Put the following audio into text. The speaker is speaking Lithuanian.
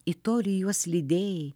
į tolį juos lydėjai